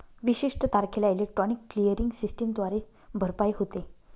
विशिष्ट तारखेला electronic clearing सिस्टमद्वारे भरपाई होते